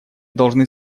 должны